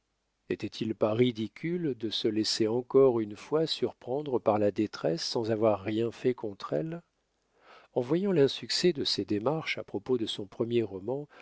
n'était-il pas ridicule de se laisser encore une fois surprendre par la détresse sans avoir rien fait contre elle en voyant l'insuccès de ses démarches à propos de son premier